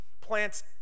plants